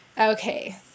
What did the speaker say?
Okay